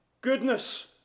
goodness